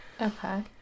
Okay